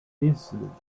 incident